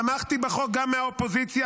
תמכתי בחוק גם מהאופוזיציה,